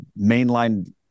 mainline